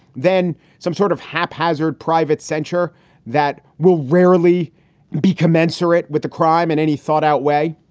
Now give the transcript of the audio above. then some sort of haphazard private censure that will rarely be commensurate with the crime and any thought out way.